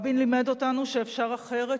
רבין לימד אותנו שאפשר אחרת,